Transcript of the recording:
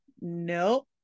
no